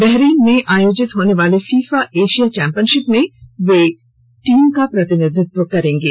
Bahrain में आयोजित होनेवाले फीफा एशिया चौंपियनशीप में वे टीम का प्रतिनिधित्व करेंगे